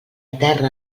terra